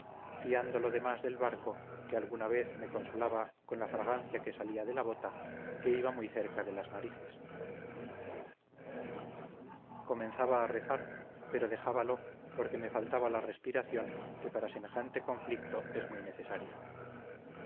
fiando lo demás del barco que alguna vez me consolaba con la fragancia que salía de la bota que iba muy cerca de las narices comenzaba a rezar pero dejábalo porque me faltaba la respiración que para semejante conflicto es muy necesaria